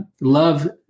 love